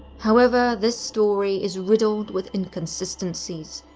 however, this story is riddled with inconsistencies,